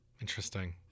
Interesting